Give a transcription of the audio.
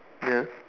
ya